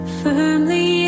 firmly